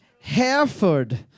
Hereford